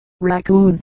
raccoon